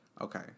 Okay